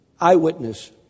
eyewitness